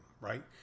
right